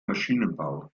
maschinenbau